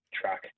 track